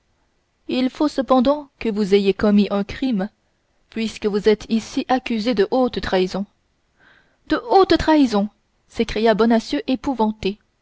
il faut cependant que vous ayez commis un crime puisque vous êtes ici accusé de haute trahison de haute trahison s'écria bonacieux épouvanté